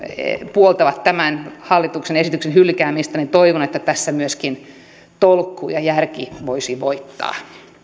puoltavat tämän hallituksen esityksen hylkäämistä toivon että tässä myöskin tolkku ja järki voisivat voittaa